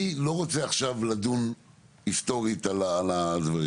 אני לא רוצה עכשיו לדון היסטורית על הדברים,